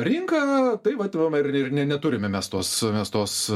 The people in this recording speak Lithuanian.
rinka tai vat va ir ir neturime mes tos mes tos